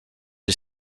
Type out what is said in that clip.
est